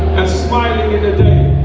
and smiling in the day